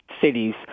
cities